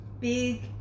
big